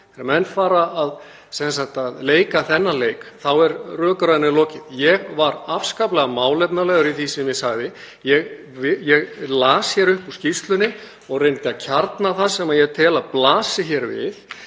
Þegar menn fara að leika þennan leik er rökræðunni lokið. Ég var afskaplega málefnalegur í því sem ég sagði. Ég las hér upp úr skýrslunni og reyndi að kjarna það sem ég tel að blasi við,